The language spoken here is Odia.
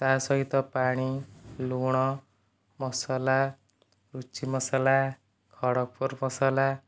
ତା ସହିତ ପାଣି ଲୁଣ ମସଲା ରୁଚି ମସଲା ଖଡ଼ଗପୁର ମସଲା